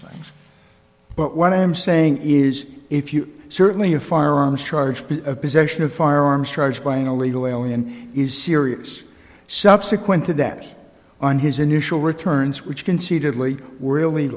things but what i am saying is if you certainly a firearms charge be a possession of firearms charge buying a legal alien is serious subsequent to that on his initial returns which conceited